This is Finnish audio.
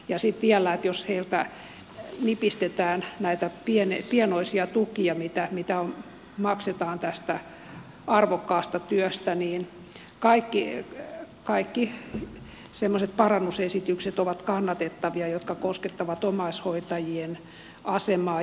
ja sitten vielä jos heiltä nipistetään näitä pienoisia tukia mitä maksetaan tästä arvokkaasta työstä niin kaikki sellaiset parannusesitykset ovat kannatettavia jotka koskettavat omaishoitajien asemaa